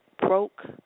broke